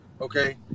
Okay